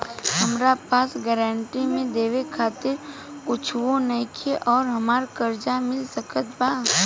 हमरा पास गारंटी मे देवे खातिर कुछूओ नईखे और हमरा कर्जा मिल सकत बा?